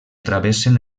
travessen